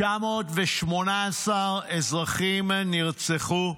918 אזרחים נרצחו,